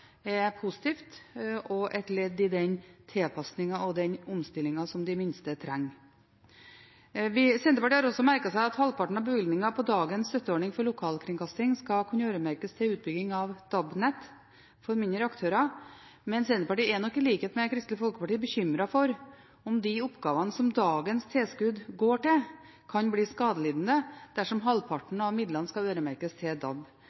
positivt og et ledd i den tilpasningen og den omstillingen som de minste trenger. Senterpartiet har også merket seg at halvparten av bevilgningen på dagens støtteordning for lokalkringkasting skal kunne øremerkes til utbygging av DAB-nett for mindre aktører, men Senterpartiet er nok, i likhet med Kristelig Folkeparti, bekymret for om de oppgavene som dagens tilskudd går til, kan bli skadelidende dersom halvparten av midlene skal øremerkes til DAB.